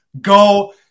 go